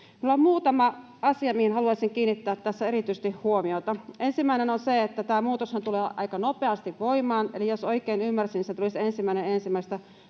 muutama asia, mihin haluaisin kiinnittää tässä erityisesti huomiota. Ensimmäinen on se, että tämä muutoshan tulee aika nopeasti voimaan, eli jos oikein ymmärsin, se tulisi 1.1.23. Tiedän